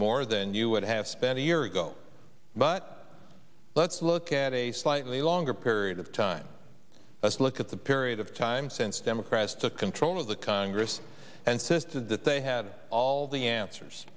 more than you would have spent a year ago but let's look at a slightly longer period of time let's look at the period of time since democrats took control of the congress and systems that they had all the answers